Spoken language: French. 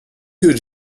que